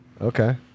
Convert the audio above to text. Okay